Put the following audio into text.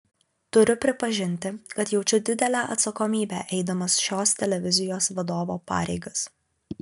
turiu pripažinti kad jaučiu didelę atsakomybę eidamas šios televizijos vadovo pareigas